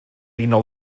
unol